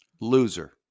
Loser